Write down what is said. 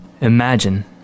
imagine